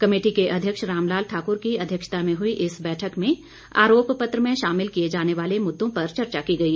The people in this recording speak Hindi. कमेटी के अध्यक्ष रामलाल ठाकुर की अध्यक्षता में हुई इस बैठक में आरोप पत्र में शामिल किए जाने वाले मुददों पर चर्चा की गई